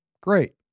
Great